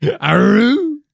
Aru